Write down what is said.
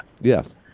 Yes